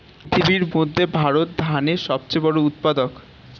পৃথিবীর মধ্যে ভারত ধানের সবচেয়ে বড় উৎপাদক